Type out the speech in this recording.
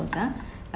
~ples ah